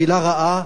מלה רעה,